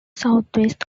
southwest